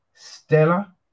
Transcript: Stella